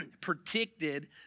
predicted